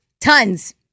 tons